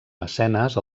mecenes